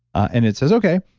and it says, okay,